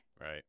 Right